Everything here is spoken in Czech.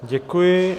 Děkuji.